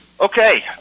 Okay